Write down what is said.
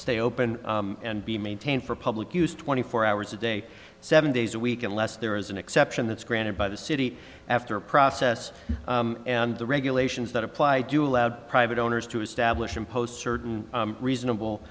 stay open and be maintained for public use twenty four hours a day seven days a week unless there is an exception that's granted by the city after process and the regulations that apply do allow the private owners to establish impose certain reasonable